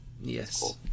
yes